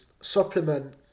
supplement